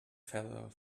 feather